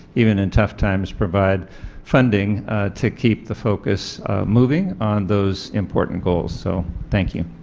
even in tough times, provide funding to keep the focus moving on those important goals. so thank you.